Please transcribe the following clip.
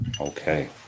Okay